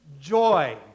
joy